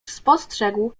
spostrzegł